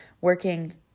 working